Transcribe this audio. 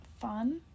fun